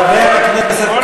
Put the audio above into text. זו התנהגות שאיננה מקובלת.